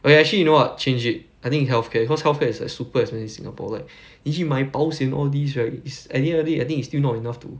okay actually you know what change it I think healthcare cause healthcare is like super expensive in singapore like 你去买保险 all these right it's at the end of the day I think it's still not enough to